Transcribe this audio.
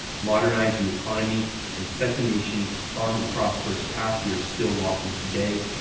modernized the economy and set the nation on the prosperous path we are still walking today,